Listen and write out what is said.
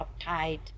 uptight